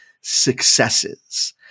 successes